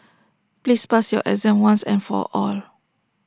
please pass your exam once and for all